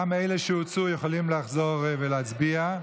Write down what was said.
גם אלה שהוצאו יכולים לחזור ולהצביע.